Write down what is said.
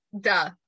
Duh